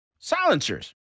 Silencers